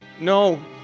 No